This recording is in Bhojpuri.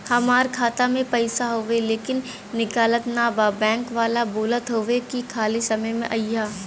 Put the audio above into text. हमार खाता में पैसा हवुवे लेकिन निकलत ना बा बैंक वाला बोलत हऊवे की खाली समय में अईहा